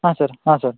ಹಾಂ ಸರ್ ಹಾಂ ಸರ್